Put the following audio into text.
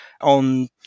on